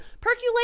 percolate